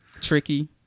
tricky